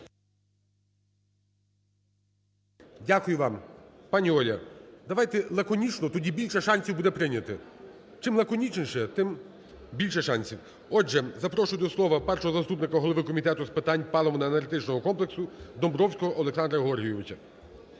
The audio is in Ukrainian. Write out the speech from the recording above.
Дякую вам. Пані Оля, давайте лаконічно, тоді більше шансів буде прийняти. Чим лаконічніше, тим більше шансів. Отже, запрошую до слова першого заступника голови Комітету з питань паливно-енергетичного комплексу Домбровського Олександра Георгійовича.